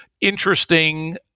interesting